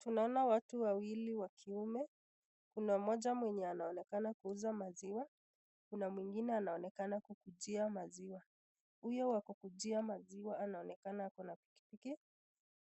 Tunaona watu wawili wakiume, Kuna moja mwenye anaonekana kuuza maziwa, Kuna mwingine anaonekana kukujia maziwa. Huyo wa kukujia maziwa anaonekana ako pikipiki